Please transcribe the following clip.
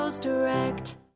Direct